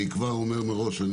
אני כבר אומר מראש,